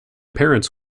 parents